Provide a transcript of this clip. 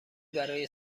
برای